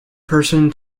person